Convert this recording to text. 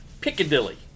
Piccadilly